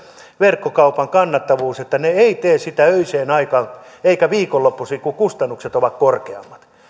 verkkokaupan kannattavuus että he eivät tee sitä öiseen aikaan eivätkä viikonloppuisin kun kustannukset ovat korkeammat